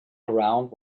ground